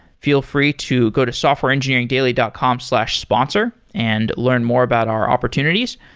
feel free to go to softwareengineeringdaily dot com slash sponsor and learn more about our opportunities.